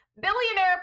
Billionaire